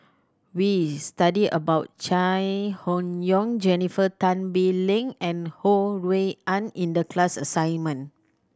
we studied about Chai Hon Yoong Jennifer Tan Bee Leng and Ho Rui An in the class assignment